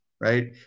right